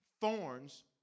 Thorns